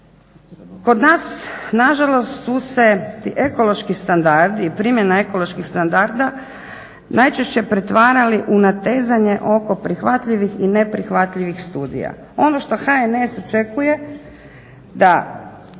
Kod nas na žalost su se ti ekološki standardi i primjena ekoloških standarda najčešće pretvarali u natezanje oko prihvatljivih i neprihvatljivih studija. Ono što HNS očekuje da